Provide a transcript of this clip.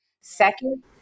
Second